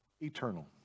eternal